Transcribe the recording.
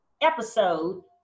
episode